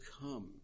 come